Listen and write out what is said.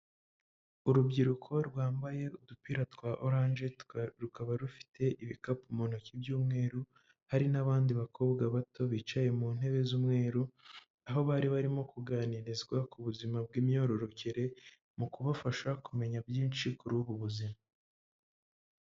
Urubyiruko rwambaye udupira twa oranje, rukaba rufite ibikapu mu ntoki by'umweru, hari n'abandi bakobwa bato bicaye mu ntebe z'umweru, aho bari barimo kuganirizwa ku buzima bw'imyororokere, mu kubafasha kumenya byinshi kuri ubu buzima.